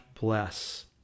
bless